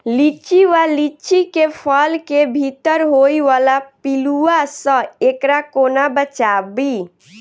लिच्ची वा लीची केँ फल केँ भीतर होइ वला पिलुआ सऽ एकरा कोना बचाबी?